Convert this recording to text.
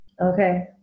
Okay